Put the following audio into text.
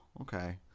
okay